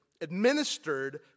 administered